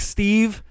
Steve